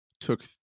took